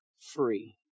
free